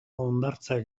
hondartzak